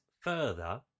further